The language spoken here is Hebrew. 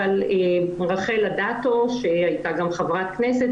אבל רחל אדטו שהייתה גם חברת כנסת,